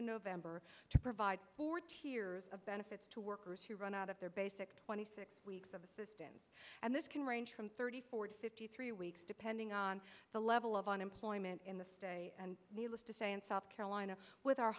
in november to provide forty years of benefits to workers who run out of their basic twenty six weeks of assistance and this can range from thirty forty fifty three weeks depending on the level of unemployment in this day and needless to say in south carolina with our